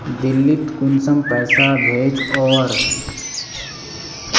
दिल्ली त कुंसम पैसा भेज ओवर?